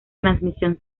transmisión